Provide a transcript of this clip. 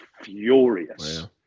furious